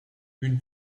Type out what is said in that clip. une